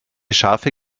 scharfe